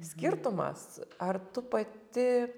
skirtumas ar tu pati